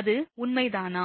அது உண்மைதானா